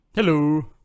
Hello